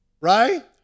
right